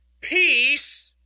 Peace